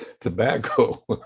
tobacco